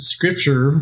Scripture